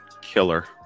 killer